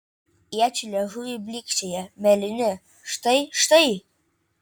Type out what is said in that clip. iečių liežuviai blykčioja mėlyni štai štai